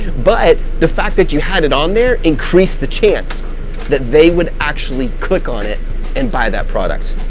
but the fact that you had it on there, increase the chance that they would actually click on it and buy that product.